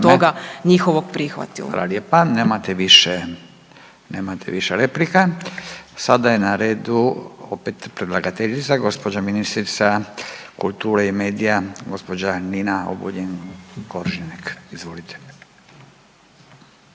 toga njihovog prihvatilo.